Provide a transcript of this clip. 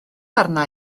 arna